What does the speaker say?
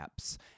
apps